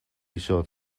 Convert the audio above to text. iso